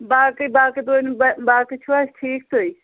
باقے باقے ؤنِو تُہۍ باقے چھِو حظ ٹھیٖک تُہۍ